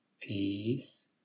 Peace